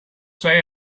say